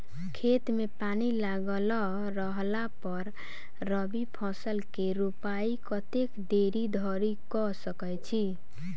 खेत मे पानि लागल रहला पर रबी फसल केँ रोपाइ कतेक देरी धरि कऽ सकै छी?